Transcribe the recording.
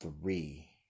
three